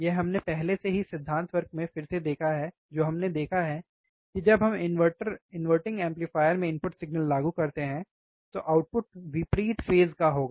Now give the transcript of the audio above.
यह हमने पहले से ही सिद्धांत वर्ग में फिर से देखा है जो हमने देखा है कि जब हम इन्वर्टर एम्पलीफायर में इनपुट सिग्नल लागू करते हैं तो आउटपुट विपरीत फेज़ होगा